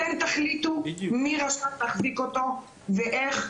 אתם תחליטו מי רשאי להחזיק אותו ואיך,